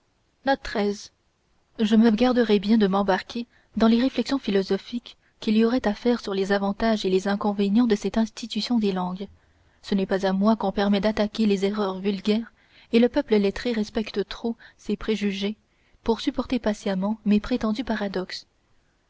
note je me garderai bien de m'embarquer dans les réflexions philosophiques qu'il y aurait à faire sur les avantages et les inconvénients de cette institution des langues ce n'est pas à moi qu'on permet d'attaquer les erreurs vulgaires et le peuple lettré respecte trop ses préjugés pour supporter patiemment mes prétendus paradoxes